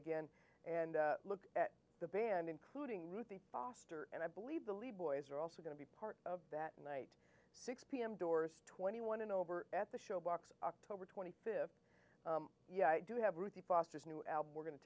again and look at the band including ruthie foster and i believe the lead boys are also going to be part of that night six pm doors twenty one and over at the show box october twenty fifth yeah i do have ruthie foster's new album we're going to